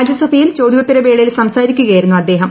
രാജ്യസഭയിൽ ചോദ്യത്തരവേളയിൽ സംസാരിക്കുകയായിരുന്നു അദ്ദേഹം